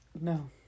No